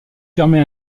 permet